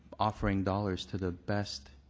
offering dollars to the best